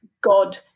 God